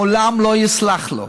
לעולם לא אסלח לו.